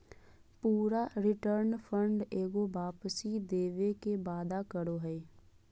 पूरा return fund एगो वापसी देवे के वादा करो हइ